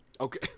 Okay